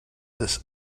this